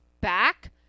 back